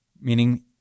meaning